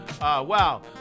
Wow